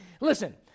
Listen